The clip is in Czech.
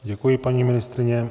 Děkuji, paní ministryně.